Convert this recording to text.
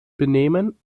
benehmen